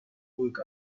work